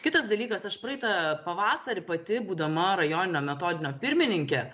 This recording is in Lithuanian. kitas dalykas aš praeitą pavasarį pati būdama rajoninio metodinio pirmininkė